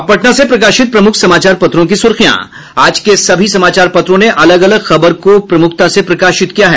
अब पटना से प्रकाशित प्रमुख समाचार पत्रों की सुर्खियां आज के सभी समाचार पत्रों ने अलग अलग खबर को प्रमूखता से प्रकाशित किया है